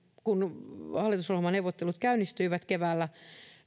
kun hallitusohjelmaneuvottelut käynnistyivät keväällä